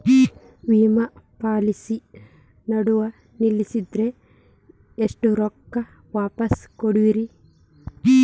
ವಿಮಾ ಪಾಲಿಸಿ ನಡುವ ನಿಲ್ಲಸಿದ್ರ ಎಷ್ಟ ರೊಕ್ಕ ವಾಪಸ್ ಕೊಡ್ತೇರಿ?